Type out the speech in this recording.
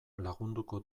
lagunduko